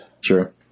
Sure